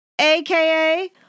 aka